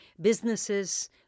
businesses